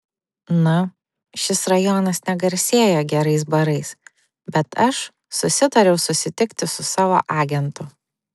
na šis rajonas negarsėja gerais barais bet aš susitariau susitikti su savo agentu